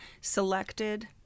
selected